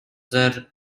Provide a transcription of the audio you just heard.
that